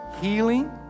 healing